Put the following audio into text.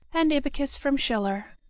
and ibycus from schiller.